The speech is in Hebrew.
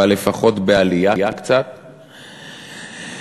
אבל לפחות בעלייה קצת,